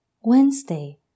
Wednesday